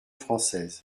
française